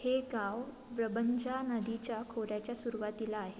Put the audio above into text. हे गाव व्रबंजा नदीच्या खोऱ्याच्या सुरुवातीला आहे